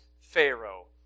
Pharaoh